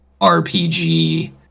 RPG